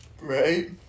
Right